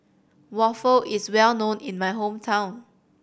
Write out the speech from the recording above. waffle is well known in my hometown